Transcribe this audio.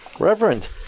Reverend